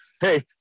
Hey